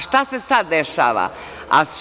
Šta se sada dešava?